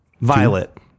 violet